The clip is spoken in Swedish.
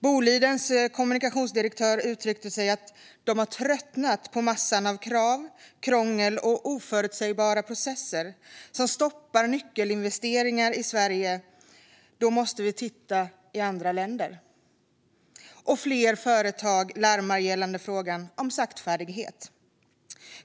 Bolidens kommunikationsdirektör har uttryckt att man tröttnat på massan av krav, krångel och oförutsägbara processer som stoppar nyckelinvesteringar i Sverige. "Då måste vi titta i andra länder", säger han. Fler företag larmar om saktfärdighet.